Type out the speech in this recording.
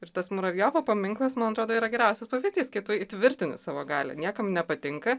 ir tas muravjovo paminklas man atrodo yra geriausias pavyzdys kai tu įtvirtini savo galią niekam nepatinka